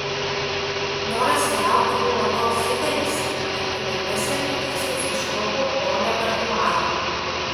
noras keliauti buvo toks didelis kad per penkias repeticijas išmokau choro repertuarą